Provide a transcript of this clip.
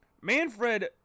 Manfred